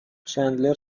چندلر